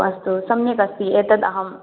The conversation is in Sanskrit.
अस्तु सम्यक् अस्ति एतद् अहं